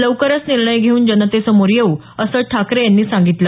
लवकरच निर्णय घेऊन जनतेसमोर येऊ असं ठाकरे यांनी सांगितलं